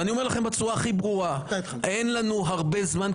ואני אומר לכם בצורה הכי ברורה: אין לנו הרבה זמן,